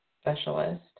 specialist